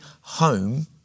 home